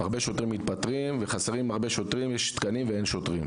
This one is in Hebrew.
הרבה שוטרים מתפטרים וחסרים הרבה שוטרים יש תקנים ואין שוטרים,